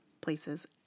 places